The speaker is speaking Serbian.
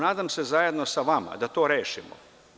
Nadam se zajedno sa vama da to rešimo.